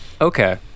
Okay